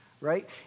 right